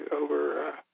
over